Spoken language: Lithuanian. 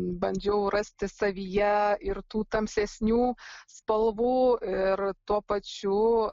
bandžiau rasti savyje ir tų tamsesnių spalvų ir tuo pačiu